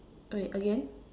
wait again